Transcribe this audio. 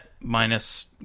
minus